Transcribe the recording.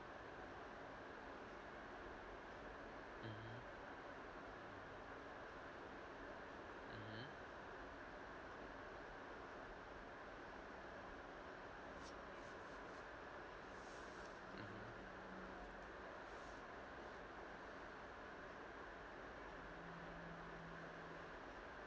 mmhmm mmhmm mmhmm